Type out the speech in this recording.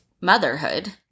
motherhood